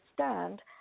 understand